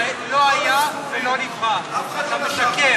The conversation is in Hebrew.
זה לא היה ולא נברא, אתה משקר.